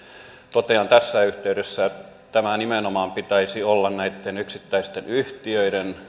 totean tässä yhteydessä että tämän nimenomaan pitäisi olla näitten yksittäisten yhtiöiden